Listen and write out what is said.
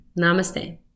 Namaste